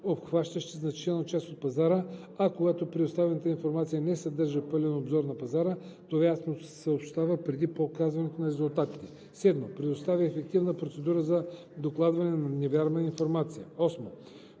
обхващащи значителна част от пазара, а когато представената информация не съдържа пълен обзор на пазара, това ясно се съобщава преди показването на резултатите; 7. предоставя ефективна процедура за докладване на невярна информация; 8.